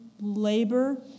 labor